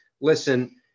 listen